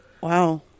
wow